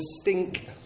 stink